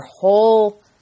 whole